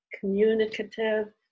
communicative